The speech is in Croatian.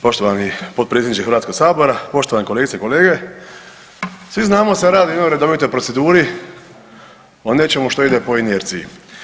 Poštovani potpredsjedniče Hrvatskog sabora, poštovani kolegice i kolege, svi znamo da se radi o jednoj redovitoj proceduri, o nečemu što ide po inerciji.